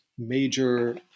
Major